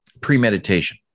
premeditation